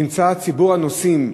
נמצא ציבור הנוסעים